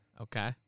Okay